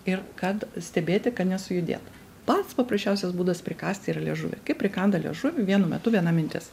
ir kad stebėti kad nesujudėtų pats paprasčiausias būdas prikąsti liežuvį kai prikanda liežuvį vienu metu viena mintis